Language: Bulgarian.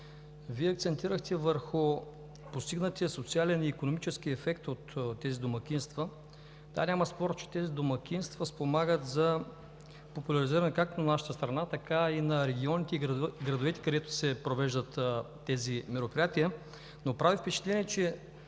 Вие акцентирахте върху постигнатия социален и икономически ефект от тези домакинства. Да, няма спор, че тези домакинства спомагат за популяризиране както на нашата страна, така и на регионите и градовете, където се провеждат тези мероприятия, но прави впечатление, че